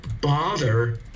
bother